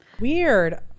weird